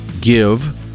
give